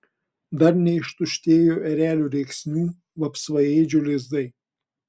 dar neištuštėjo erelių rėksnių vapsvaėdžių lizdai